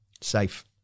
Safe